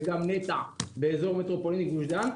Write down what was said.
וגם נת"ע באזור מטרופולין גוש דן.